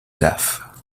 death